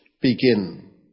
begin